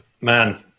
man